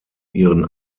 ihren